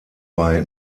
bei